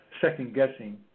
second-guessing